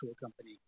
company